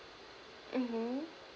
mmhmm